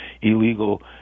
illegal